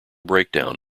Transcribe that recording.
breakdown